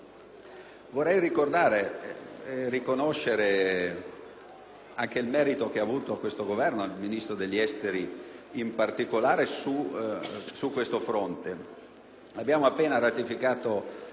Vorrei ricordare e riconoscere anche il merito che ha avuto questo Governo, il Ministro degli affari esteri in particolare, su questo fronte. Abbiamo appena ratificato